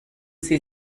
sie